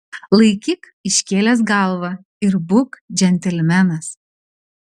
laikyk iškėlęs galvą ir būk džentelmenas